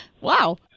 Wow